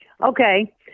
Okay